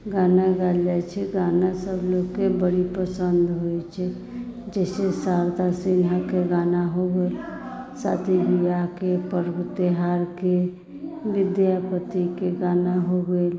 गाना गाएल जाइत छै गानासभ लोकके बड़ी पसन्द होइत छै जैसे शारदा सिन्हाके गाना हो गेल शादी ब्याहके पर्व त्यौहारके विद्यापतिके गाना हो गेल